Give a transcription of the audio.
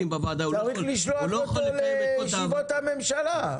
צריך לשלוח אותו לישיבות הממשלה.